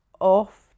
off